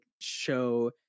show